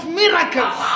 miracles